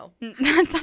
no